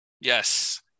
Yes